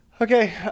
Okay